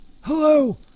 Hello